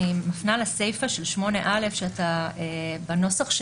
אני מפנה לסיפה של סעיף 8(א) בנוסח של